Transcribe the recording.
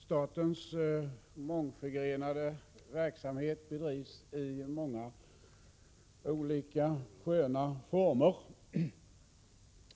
Statens verksamhet bedrivs i många olika, sköna former.